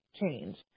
change